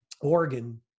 Oregon